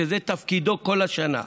שזה תפקידם כל השנה,